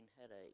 headache